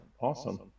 awesome